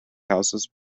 houses